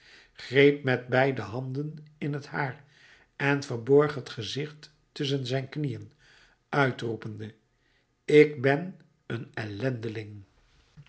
greep met beide handen in t haar en verborg het gezicht tusschen zijn knieën uitroepende ik ben een